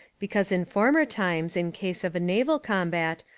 because in former times in case of a naval combat,